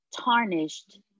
tarnished